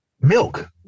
milk